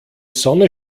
sonne